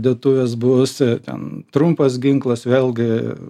dėtuvės bus ten trumpas ginklas vėlgi